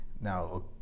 Now